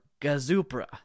Gazupra